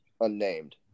unnamed